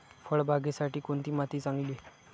फळबागेसाठी कोणती माती चांगली?